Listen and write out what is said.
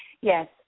Yes